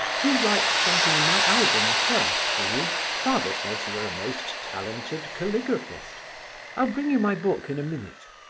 do write something in my album first, will you? father says you are a most talented caligraphist i'll bring you my book in a minute.